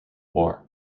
war